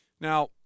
Now